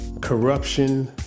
Corruption